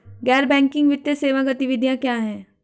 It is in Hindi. गैर बैंकिंग वित्तीय सेवा गतिविधियाँ क्या हैं?